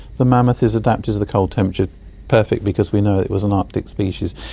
the mammoth is adapted to the cold temperature perfectly because we know it was an arctic species.